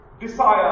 Desire